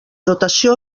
dotació